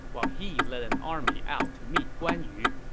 while he led an army out to meet guan yu.